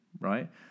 right